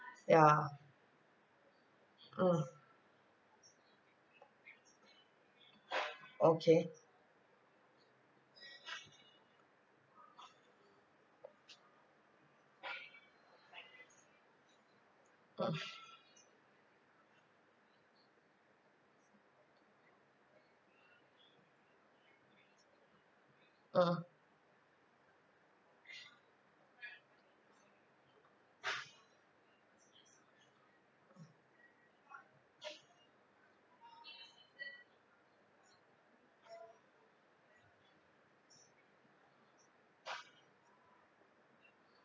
ya mm okay mm mmhmm